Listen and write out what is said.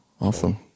awesome